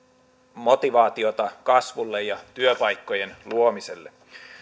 motivaatiota kasvuun ja työpaikkojen luomiseen